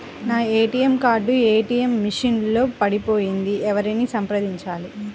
నా ATM card ATM machine లో పడిపోయింది ఎవరిని సంప్రదించాలి?